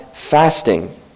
Fasting